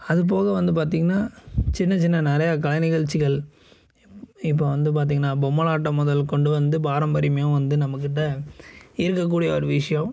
அது போக வந்து பார்த்தீங்கனா சின்ன சின்ன நிறைய கலை நிகழ்ச்சிகள் இப்போ வந்து பார்த்தீங்கனா பொம்மலாட்டம் முதல் கொண்டு வந்து பாரம்பரியமாகவும் வந்து நம்ம கிட்ட இருக்க கூடிய ஒரு விஷயம்